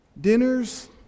dinners